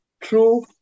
true